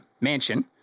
mansion